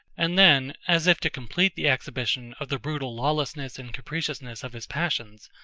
and then, as if to complete the exhibition of the brutal lawlessness and capriciousness of his passions,